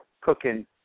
cooking